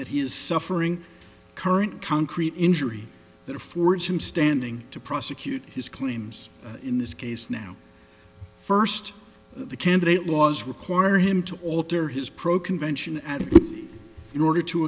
that he is suffering current count crete injury that affords him standing to prosecute his claims in this case now first the candidate laws require him to alter his pro convention added in order to